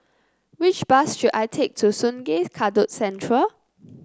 which bus should I take to Sungei Kadut Central